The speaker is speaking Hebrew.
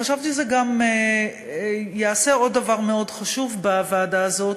חשבתי שזה גם יעשה עוד דבר מאוד חשוב בוועדה הזאת,